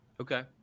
Okay